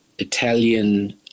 Italian